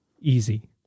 easy